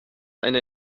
eine